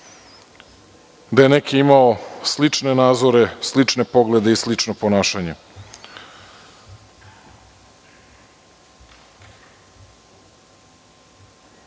da je neki imao slične nadzore, slične poglede i slično ponašanje. Oko